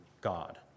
God